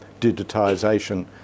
digitisation